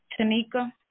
Tanika